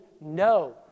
no